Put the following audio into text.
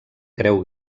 creu